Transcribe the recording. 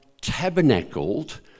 tabernacled